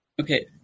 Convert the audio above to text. Okay